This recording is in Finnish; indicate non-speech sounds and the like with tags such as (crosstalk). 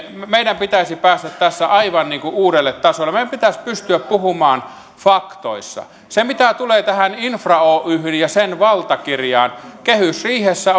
meidän pitäisi päästä tässä poliittisessa keskustelussa aivan uudelle tasolle meidän pitäisi pystyä puhumaan faktoissa mitä tulee tähän infra oyhyn ja sen valtakirjaan kehysriihessä (unintelligible)